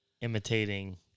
imitating